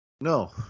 No